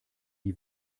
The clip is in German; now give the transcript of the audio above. die